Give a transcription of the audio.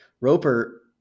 Roper